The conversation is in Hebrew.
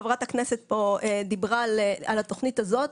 חברת הכנסת דיברה פה על התוכנית הזאת.